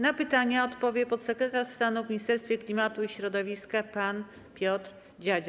Na pytania odpowie podsekretarz stanu w Ministerstwie Klimatu i Środowiska pan Piotr Dziadzio.